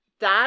Dad